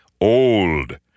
old